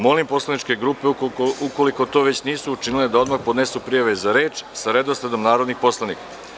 Molim poslaničke grupe ukoliko to već nisu učinile da odmah podnesu prijave za reč sa redosledom narodnih poslanika.